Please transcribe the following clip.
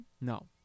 No